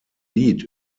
lied